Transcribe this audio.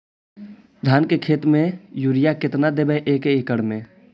धान के खेत में युरिया केतना देबै एक एकड़ में?